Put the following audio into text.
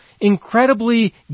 incredibly